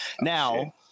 Now